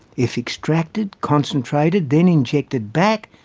if extracted, concentrated, then injected back,